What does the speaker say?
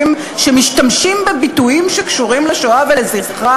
שמשתמשים בביטויים שקשורים לשואה ולזכרה?